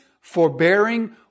forbearing